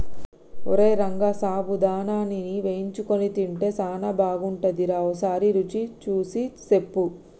ఓరై రంగ సాబుదానాని వేయించుకొని తింటే సానా బాగుంటుందిరా ఓసారి రుచి సూసి సెప్పు